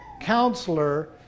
counselor